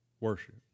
worship